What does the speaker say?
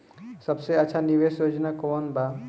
सबसे अच्छा निवेस योजना कोवन बा?